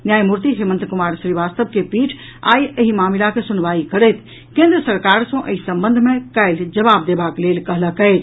न्यायमूर्ति हेमंत कुमार श्रीवास्तव के पीठ आइ एहि मामिलाक सुनवाई करैत केन्द्र सरकार सँ एहि संबंध मे काल्हि जवाब देबाक लेल कहलक अछि